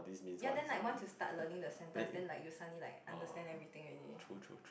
ya then like once you start learning the sentence then like you suddenly like understand everything already